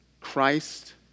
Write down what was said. Christ